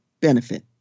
benefit